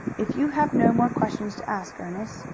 if you have no more questions to ask, ernest,